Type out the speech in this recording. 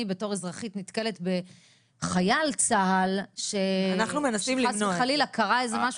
בתור אזרחית נתקלת בחייל צה"ל שחס וחלילה קרה איזה משהו